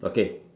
okay